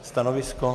Stanovisko?